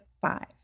five